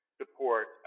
support